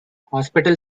hospital